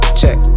check